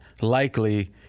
likely